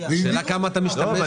השאלה כמה אתה משתמש בו.